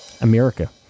America